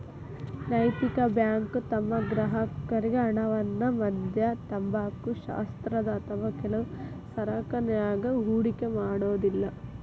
ನೈತಿಕ ಬ್ಯಾಂಕು ತಮ್ಮ ಗ್ರಾಹಕರ್ರಿಗೆ ಹಣವನ್ನ ಮದ್ಯ, ತಂಬಾಕು, ಶಸ್ತ್ರಾಸ್ತ್ರ ಅಥವಾ ಕೆಲವು ಸರಕನ್ಯಾಗ ಹೂಡಿಕೆ ಮಾಡೊದಿಲ್ಲಾ